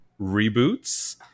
reboots